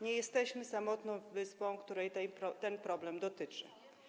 Nie jesteśmy samotną wyspą, której ten problem nie dotyczy.